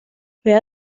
wer